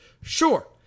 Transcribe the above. Sure